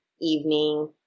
evening